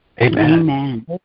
Amen